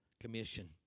commission